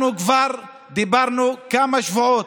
אנחנו כבר דיברנו כמה שבועות,